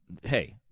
hey